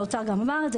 והאוצר גם אמר את זה,